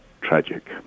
tragic